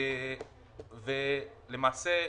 למעשה,